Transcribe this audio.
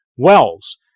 wells